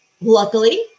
Luckily